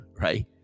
right